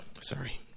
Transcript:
sorry